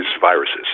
viruses